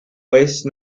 waste